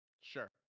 Sure